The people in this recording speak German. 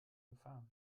gefahr